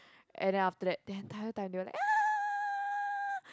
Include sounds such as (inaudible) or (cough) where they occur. and then after that the entire time they were like (noise)